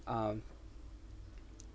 um